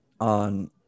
on